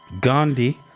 Gandhi